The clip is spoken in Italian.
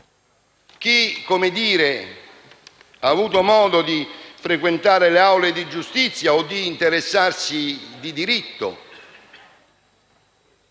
Chi ha avuto modo di frequentare le aule di giustizia e di interessarsi di diritto,